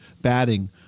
batting